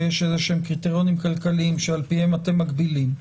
שיש איזה שהם קריטריונים כלכליים שעל פיהם אתם מגבילים,